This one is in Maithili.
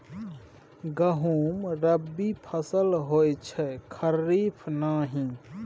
गहुम रबी फसल होए छै खरीफ नहि